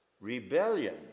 rebellion